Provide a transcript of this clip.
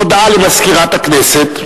הודעה למזכירת הכנסת.